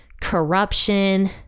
corruption